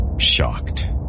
shocked